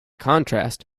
contrast